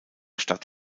stadt